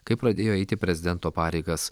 kai pradėjo eiti prezidento pareigas